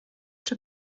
czy